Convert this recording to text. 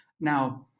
Now